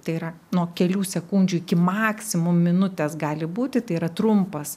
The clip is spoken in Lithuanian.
tai yra nuo kelių sekundžių iki maksimum minutės gali būti tai yra trumpas